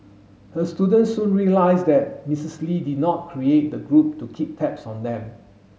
her students soon realised that Mrs Lee did not create the group to keep tabs on them